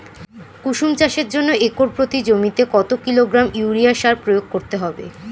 কুসুম চাষের জন্য একর প্রতি জমিতে কত কিলোগ্রাম ইউরিয়া সার প্রয়োগ করতে হবে?